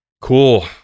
Cool